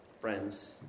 friends